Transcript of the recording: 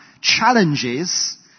challenges